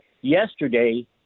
yesterday